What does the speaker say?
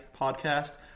podcast